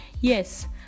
Yes